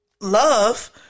love